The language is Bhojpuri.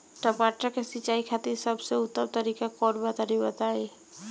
टमाटर के सिंचाई खातिर सबसे उत्तम तरीका कौंन बा तनि बताई?